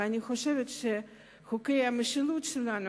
ואני חושבת שחוקי המשילות שלנו,